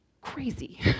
crazy